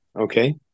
okay